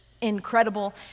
incredible